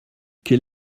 quel